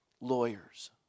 Lawyers